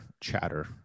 chatter